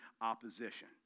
opposition